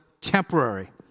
temporary